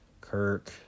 Kirk